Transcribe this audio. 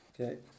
Okay